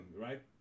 right